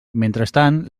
mentrestant